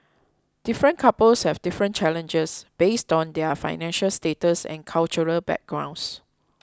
different couples have different challenges based on their financial status and cultural backgrounds